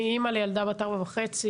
אני אמא לילדה בת 4.5,